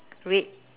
red